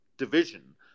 division